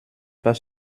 pas